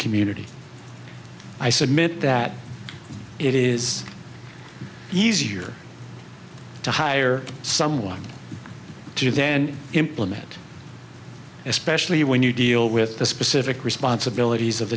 community i submit that it is easier to hire someone to then implement especially when you deal with the specific responsibilities of